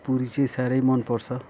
पुरी चाहिँ साह्रै मनपर्छ